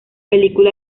película